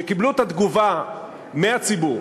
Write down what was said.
שקיבלו את התגובה מהציבור,